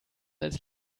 als